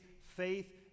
faith